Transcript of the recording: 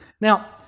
Now